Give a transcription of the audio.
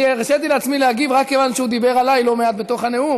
אני הרשיתי לעצמי להגיב רק כיוון שהוא דיבר עליי לא מעט בתוך הנאום.